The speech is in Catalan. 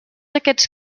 aquests